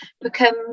become